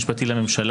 מופע אימים?